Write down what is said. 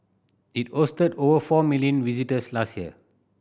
it hosted over four million visitors last year